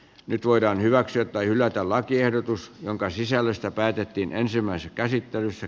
nyt voidaan hyväksyä tai hylätä lakiehdotus jonka sisällöstä päätettiin ensimmäisessä käsittelyssä